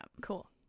Cool